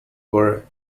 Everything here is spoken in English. were